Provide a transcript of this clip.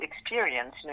experience